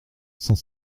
cent